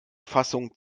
fassung